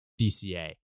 DCA